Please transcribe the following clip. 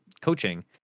coaching